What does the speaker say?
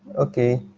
ok,